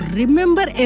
remember